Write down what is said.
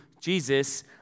Jesus